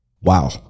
Wow